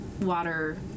water